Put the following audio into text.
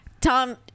Tom